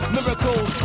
Miracles